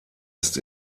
ist